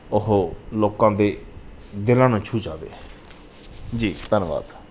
ਉਹ ਲੋਕਾਂ ਦੇ ਦਿਲਾਂ ਨੂੰ ਛੂਹ ਜਾਵੇ ਜੀ ਧੰਨਵਾਦ